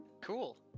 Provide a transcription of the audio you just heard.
Cool